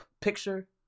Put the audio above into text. picture